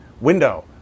window